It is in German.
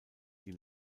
die